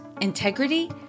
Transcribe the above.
integrity